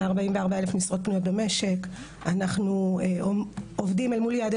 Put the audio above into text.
מ-44 אלף משרות --- אנחנו עובדים אל מול יעדי